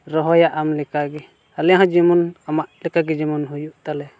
ᱨᱚᱦᱚᱭᱟ ᱟᱢ ᱞᱮᱠᱟ ᱜᱮ ᱟᱞᱮ ᱡᱮᱢᱚᱱ ᱟᱢᱟᱜ ᱞᱮᱠᱟ ᱡᱮᱢᱚᱱ ᱦᱩᱭᱩᱜ ᱛᱟᱞᱮ